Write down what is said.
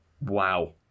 Wow